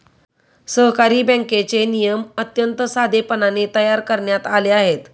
सहकारी बँकेचे नियम अत्यंत साधेपणाने तयार करण्यात आले आहेत